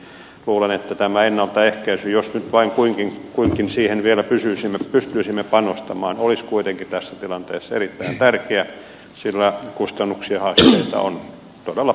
luulen että tämä ennaltaehkäisy jos nyt vain suinkin siihen vielä pystyisimme panostamaan olisi kuitenkin tässä tilanteessa erittäin tärkeä sillä kustannuksia haasteita on todella paljon tällä sektorilla